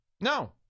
No